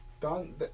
done